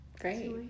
Great